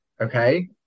okay